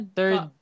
third